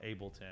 Ableton